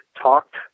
talked